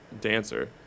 dancer